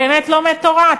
באמת לומד תורה.